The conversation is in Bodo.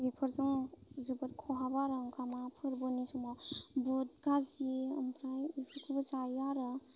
बेफोरजों जोबोद खहाबो आरो ओंखामा फोरबोनि समाव बुट गाजि ओमफ्राय ओंख्रिखौबो जायो आरो